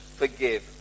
forgive